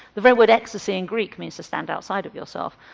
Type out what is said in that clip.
the very word ecstasy and greek means to stand outside of yourself.